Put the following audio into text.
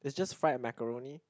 it's just fried macaroni